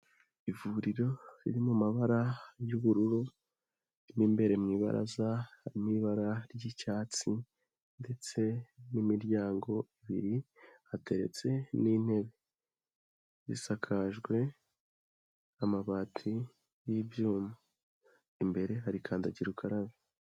Ivuriro riri mu mabara y'ubururu mo imbere mu ibaraza harimo ibara ry'icyatsi ndetse n'imiryango ibiri hateretse n'intebe zisakajwe amabati y'ibyuma imbere hari kandagira ukarabe.